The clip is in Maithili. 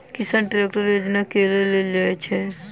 किसान ट्रैकटर योजना केना लेल जाय छै?